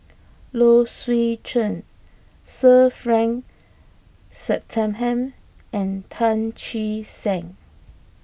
Low Swee Chen Sir Frank Swettenham and Tan Che Sang